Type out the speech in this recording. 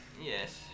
Yes